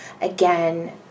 Again